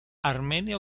armenia